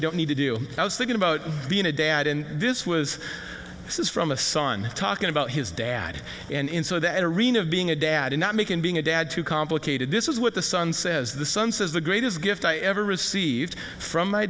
we don't need to do i was thinking about being a dad and this was this is from a son talking about his dad and in so that arena of being a dad and not making being a dad too complicated this is what the son says the son says the greatest gift i ever received from my